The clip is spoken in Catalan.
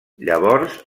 llavors